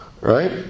right